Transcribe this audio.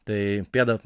tai pėda